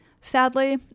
Sadly